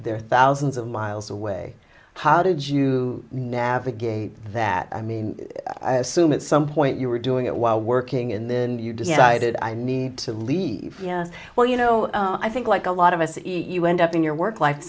are thousands of miles away how did you navigate that i mean i assume at some point you were doing it while working in the you decided i need to leave well you know i think like a lot of us you end up in your work life